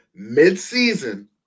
midseason